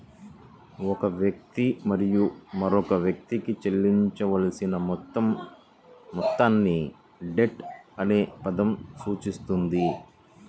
ఒక వ్యక్తి మరియు మరొక వ్యక్తికి చెల్లించాల్సిన మొత్తం మొత్తాన్ని డెట్ అనే పదం సూచిస్తుంది